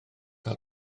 cael